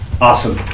Awesome